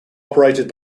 operated